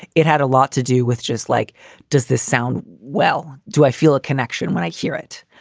it had a lot to do with just like does this sound? well, do i feel a connection when i hear it?